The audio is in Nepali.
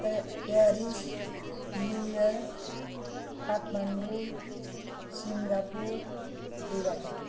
A Paris New York Kathmandu Singapore Dubai